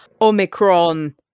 Omicron